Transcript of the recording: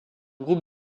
groupe